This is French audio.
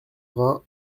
vingt